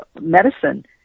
medicine